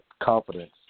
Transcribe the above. Confidence